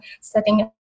setting